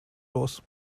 los